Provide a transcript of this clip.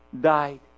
died